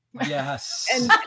Yes